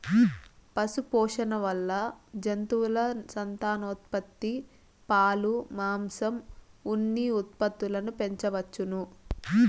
పశుపోషణ వల్ల జంతువుల సంతానోత్పత్తి, పాలు, మాంసం, ఉన్ని ఉత్పత్తులను పెంచవచ్చును